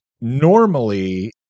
normally